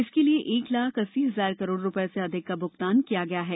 इसके लिए एक लाख अस्सी हजार करोड रूपये से अधिक का भुगतान किया गया है